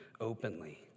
openly